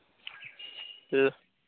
हाँ